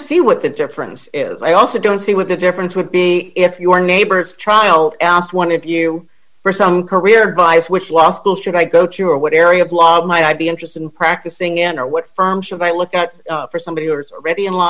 see what the difference is i also don't see what the difference would be if your neighbor's child asked one of you for some career vice which law school should i go to or what area of law might i be interested in practicing in or what firms have i look at for somebody who are already in law